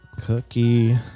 Cookie